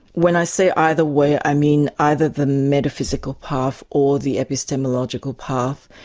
when i say either way, i mean either the metaphysical path or the epistemological path.